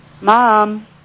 Mom